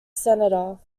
senator